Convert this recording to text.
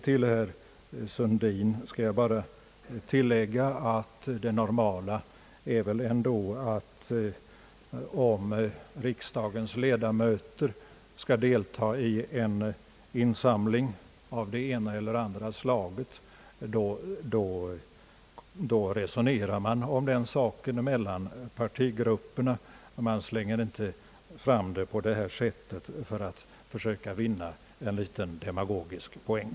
Till herr Sundin skall jag bara tilllägga, att det normala förfaringssättet om riksdagens ledamöter skall deltaga i en insamling av något slag brukar vara, att man resonerar om saken mellan partigrupperna. Man slänger inte fram en sådan fråga på detta sätt för att försöka vinna en liten demagogisk poäng.